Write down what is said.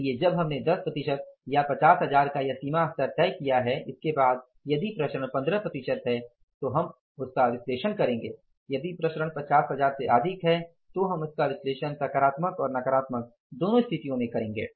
इसलिए जब हमने 10 प्रतिशत या 50 हजार का यह सीमा स्तर तय किया है इसके बाद यदि प्रसरण 15 प्रतिशत है तो हम इसका विश्लेषण करेंगे यदि प्रसरण 50 हजार से अधिक है तो हम इसका विश्लेषण सकारात्मक और नकारात्मक दोनों स्थिति में करेंगे